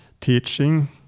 teaching